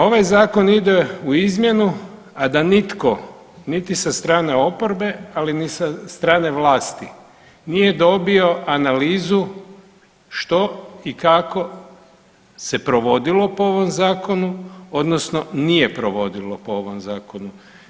Ovaj Zakon ide u izmjenu, a da nitko, niti sa strane oporbe, ali ni sa strane vlasti nije dobio analizu što i kako se provodilo po ovom Zakonu, odnosno nije provodilo po ovom Zakonu.